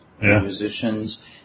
musicians